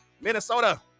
Minnesota